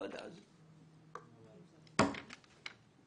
אבל אני לא יודע.